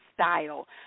style